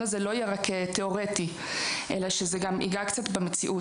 הזה לא יהיה רק תיאורטי אלא שזה גם ייגע קצת במציאות.